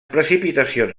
precipitacions